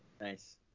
Nice